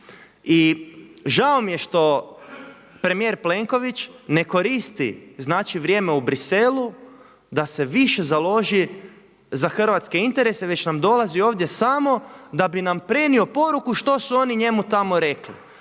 I žao mi je što premijer Plenković ne koristi znači vrijeme u Bruxellesu da se više založi za hrvatske interese već nam dolazi ovdje samo da bi nam prenio poruku što su oni njemu tamo rekli.